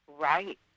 Right